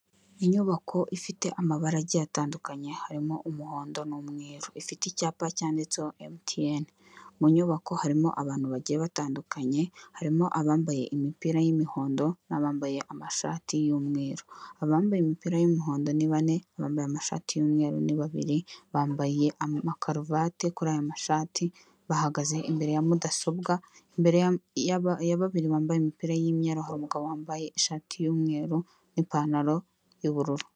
Inyubako ifite amabara agiye atandukanye harimo umuhondo n'umweru ifite icyapa cyanditseho Emutiyene. Mu nyubako harimo abantu bagiye batandukanye harimo abambaye imipira y'imihondo, n' abambaye amashati y'umweru. Abambaye imipira y'umuhondo ni bane, abambaye amashati y'umweru babiri; bambaye amakaruvati kuri aya mashati. Bahagaze imbere ya mudasobwa, imbere ya babiri bambaye imipira yimyeru, hari umugabo wambaye ishati y'umweru n'ipantaro yubururu.